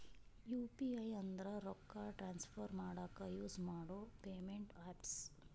UPI ಅಂದ್ರ ರೊಕ್ಕಾ transfer ಮಾಡಾಕ ಯುಸ್ ಮಾಡೋ ಪೇಮೆಂಟ್ ಆಪ್ಸ್